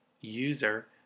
user